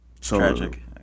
tragic